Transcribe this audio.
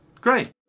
Great